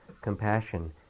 compassion